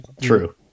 True